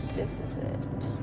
this is it.